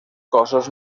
cossos